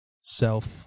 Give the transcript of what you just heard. Self